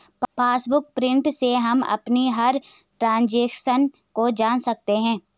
passbook print से हम अपनी हर ट्रांजेक्शन को जान सकते है